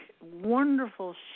wonderful